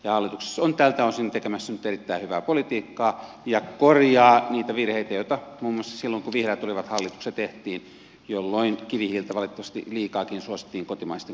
hallitus on tältä osin tekemässä nyt erittäin hyvää politiikkaa ja korjaa niitä virheitä joita tehtiin muun muassa silloin kun vihreät olivat hallituksessa jolloin kivihiiltä valitettavasti liikaakin suosittiin kotimaisten kustannuksella